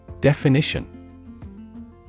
Definition